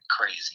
crazy